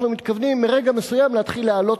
אנחנו מתכוונים מרגע מסוים להתחיל להעלות